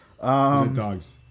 Dogs